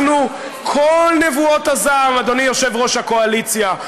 אנחנו, כל נבואות הזעם, אדוני יושב-ראש הקואליציה,